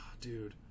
dude